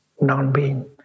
non-being